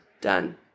Done